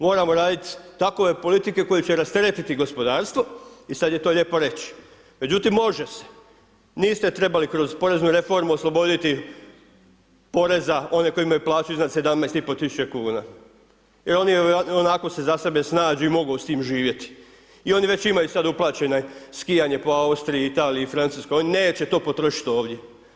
Moramo raditi takve politike koje će rasteretiti gospodarstvo i sad je to lijepo reći međutim može se, niste trebali kroz poreznu reformu osloboditi poreza one koji imaju plaću iznad 17500 kuna jer oni ionako se za sebe snađu i mogu s tim živjeti i oni već imaju sad uplaćena skijanja po Austriji, Italiji, Francuskoj, oni neće to potrošiti ovdje.